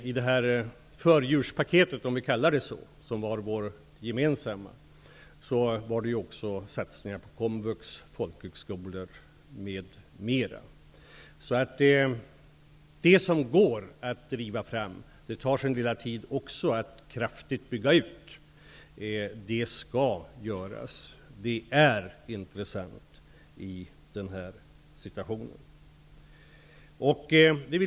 I det ''förejulspaket'' som var vårt gemensamma ingick satsningar på komvux, folkhögskolor m.m. Det som går att driva fram tar dock sin lilla tid att kraftigt bygga ut, men det skall göras, och det är intressant i den här situationen.